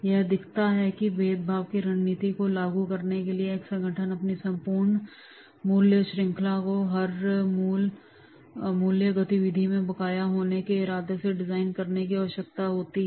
यह दिखाता है कि भेदभाव की रणनीति को लागू करने वाला एक संगठन अपनी संपूर्ण मूल्य श्रृंखला को हर मूल्य गतिविधि में बकाया होने के इरादे से डिजाइन करने की आवश्यकता होती है